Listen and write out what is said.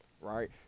right